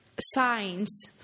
Signs